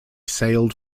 sailed